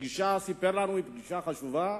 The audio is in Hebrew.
והוא סיפר לנו שהפגישה חשובה,